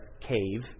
cave